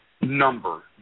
Number